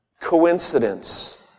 Coincidence